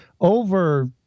over